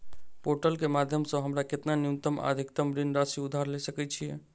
Portal केँ माध्यम सऽ हमरा केतना न्यूनतम आ अधिकतम ऋण राशि उधार ले सकै छीयै?